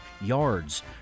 yards